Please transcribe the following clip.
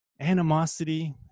animosity